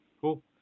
Cool